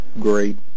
great